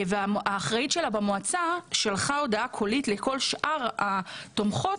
והאחראית שלה במועצה שלחה הודעה קולית לכל שאר התומכות